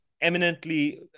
eminently